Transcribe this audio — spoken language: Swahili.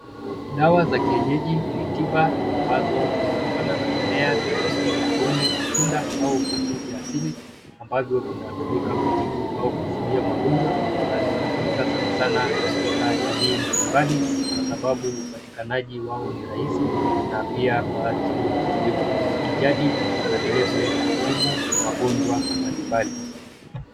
Dawa za kienyeji ni tiba ambazo zinatokana na mimea, mizizi, magome, matunda au vitu vyasili ambazo vinatumika kutibu au kuzuhia magonjwa na zinatumika sana sana katika jamii mbalimbali kwa sababu upatikanaji wao ni rahisi na pia kwa ajili ya uzoefu wa kijadi na vile vile kutibu magonjwa mbalimbali.